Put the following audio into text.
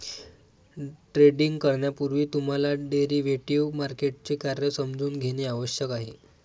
trading करण्यापूर्वी तुम्हाला derivative मार्केटचे कार्य समजून घेणे आवश्यक आहे